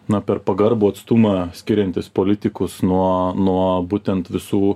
na per pagarbų atstumą skiriantis politikus nuo nuo būtent visų